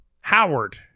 Howard